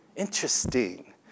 Interesting